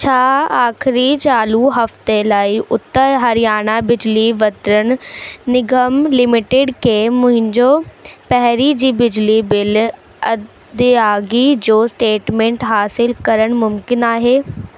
छा आख़िरी चालू हफ़्ते लाइ उत्तर हरियाणा बिजली वितरण निगम लिमिटेड खे मुंहिंजो पहिरीं जी बिजली बिल अदाइगी जो स्टेटमेंट हासिलु करणु मुमकिन आहे